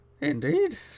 Indeed